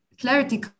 clarity